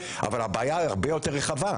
אבל הבעיה הרבה יותר רחבה.